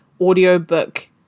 audiobook